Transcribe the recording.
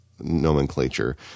nomenclature